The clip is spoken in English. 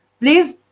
Please